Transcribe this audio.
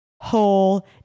whole